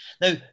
Now